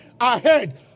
ahead